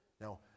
Now